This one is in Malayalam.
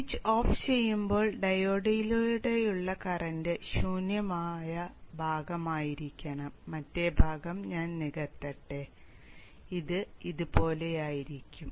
സ്വിച്ച് ഓഫ് ചെയ്യുമ്പോൾ ഡയോഡിലൂടെയുള്ള കറന്റ് ശൂന്യമായ ഭാഗമായിരിക്കണം മറ്റേ ഭാഗം ഞാൻ നികത്തട്ടെ അതിനാൽ ഇത് ഇതുപോലെയായിരിക്കും